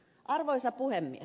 arvoisa puhemies